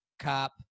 cop